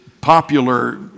popular